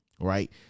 right